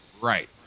right